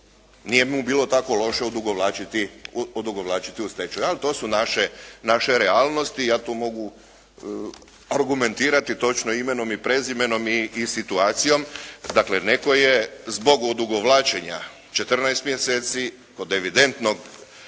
nije mu bilo tako loše odugovlačiti u stečaju. Ali to su naše realnosti, ja tu mogu argumentirati točno imenom i prezimenom i situacijom. Dakle, netko je zbog odugovlačenja 14 mjeseci kod evidentne